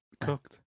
cooked